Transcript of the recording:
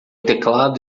teclado